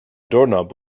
doorknob